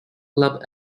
club